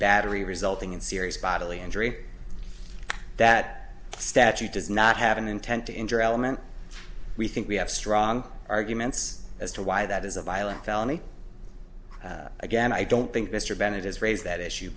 battery resulting in serious bodily injury that statute does not have an intent to injure element we think we have strong arguments as to why that is a violent felony again i don't think mr bennett has raised that issue